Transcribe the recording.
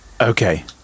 Okay